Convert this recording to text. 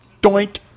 doink